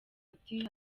ati